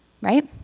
right